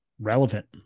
relevant